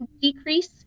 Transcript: decrease